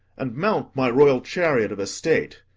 and mount my royal chariot of estate,